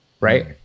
right